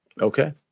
Okay